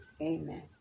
amen